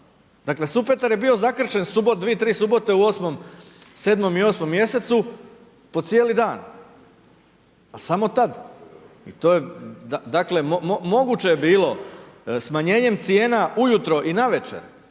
Dakle, Supetar je bio zakrčen dvi, tri subote u 7. i 8. mj. po cijeli dan, ali samo tada. Dakle, moguće je bilo smanjenjem cijena ujutro i navečer,